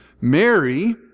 Mary